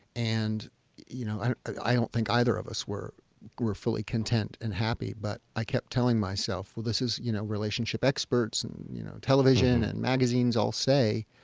and you know and i don't think either of us were were fully content and happy, but i kept telling myself, this is what you know relationship experts and you know television and magazines all say.